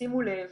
שימו לב,